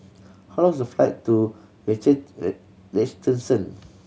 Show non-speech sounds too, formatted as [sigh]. how long is the flight to [unintelligible] Liechtenstein